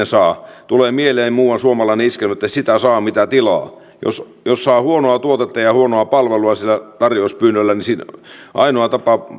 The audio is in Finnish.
saa tulee mieleen muuan suomalainen iskelmä sitä saa mitä tilaa jos jos saa huonoa tuotetta ja ja huonoa palvelua sillä tarjouspyynnöllä niin ainoa tapa